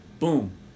Boom